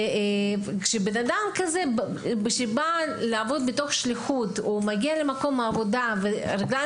כשאדם כזה שבא לעבוד מתוך שליחות מגיע למקום עבודה והידיים